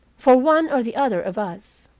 for one or the other of us.